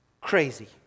Crazy